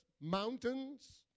mountains